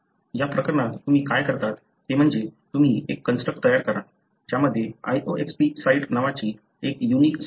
या प्रकरणात तुम्ही काय करता ते म्हणजे तुम्ही एक कंस्ट्रक्ट तयार करा ज्यामध्ये loxP साइट नावाची एक युनिक साइट आहे